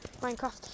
Minecraft